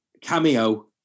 cameo